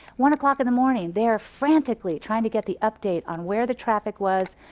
one o'clock in the morning they are frantically trying to get the update on where the traffic was,